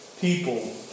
people